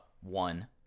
one